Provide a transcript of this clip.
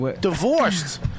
Divorced